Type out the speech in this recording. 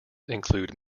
include